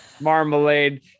marmalade